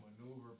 maneuver